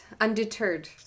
undeterred